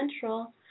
Central